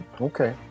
Okay